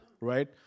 right